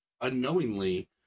unknowingly